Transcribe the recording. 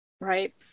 Right